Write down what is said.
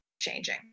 changing